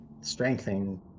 strengthening